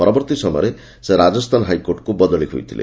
ପରବର୍ତ୍ତୀ ସମୟରେ ସେ ରାକସ୍ରାନ ହାଇକୋର୍ଟକୁ ବଦଳି ହୋଇଥିଲେ